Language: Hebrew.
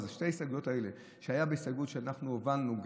אז שתי ההסתייגויות האלה היו בהסתייגויות שאנחנו הובלנו,